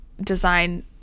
design